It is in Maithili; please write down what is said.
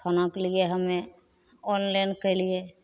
खानाके लिए हमे ऑनलाइन कएलिए